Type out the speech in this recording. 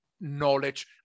knowledge